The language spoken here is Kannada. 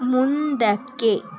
ಮುಂದಕ್ಕೆ